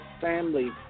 family